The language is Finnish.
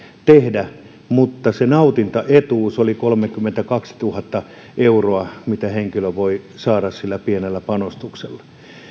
tehdä mutta se nautintaetuus oli kolmekymmentäkaksituhatta euroa mitä henkilö voi saada sillä pienellä panostuksella